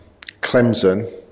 Clemson